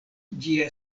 ĝia